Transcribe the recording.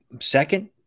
second